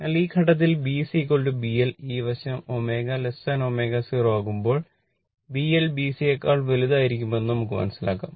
അതിനാൽ ഈ ഘട്ടത്തിൽ B CB L ഈ വശം ω ω0 ആകുമ്പോൾ B L B C യേക്കാൾ വലുതായിരിക്കുമെന്ന് നമുക്ക് മനസ്സിലാക്കാം